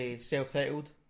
self-titled